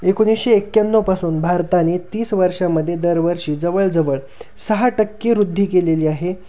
एकोणीसशे एक्याण्णवपासून भारताने तीस वर्षामध्ये दरवर्षी जवळजवळ सहा टक्के वृद्धी केलेली आहे